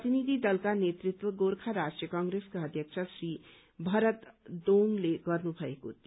प्रतिनिधि दलका नेतृत्व गोर्खा राष्ट्रीय कंप्रेसका अध्यक्ष श्री भरत दोंगले गर्नुभएको थियो